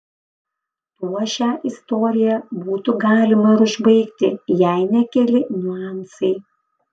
tuo šią istoriją būtų galima ir užbaigti jei ne keli niuansai